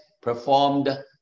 performed